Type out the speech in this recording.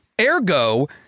ergo